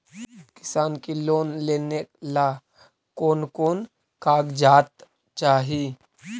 किसान के लोन लेने ला कोन कोन कागजात चाही?